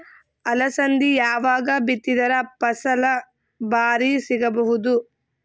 ಅಲಸಂದಿ ಯಾವಾಗ ಬಿತ್ತಿದರ ಫಸಲ ಭಾರಿ ಸಿಗಭೂದು?